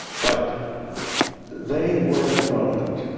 but they were the moment